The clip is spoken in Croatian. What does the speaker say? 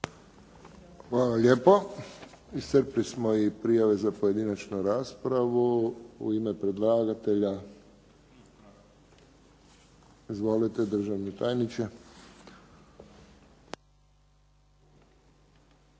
Hvala lijepo. Iscrpili smo i prijave za pojedinačnu raspravu. U ime predlagatelja izvolite državni tajniče.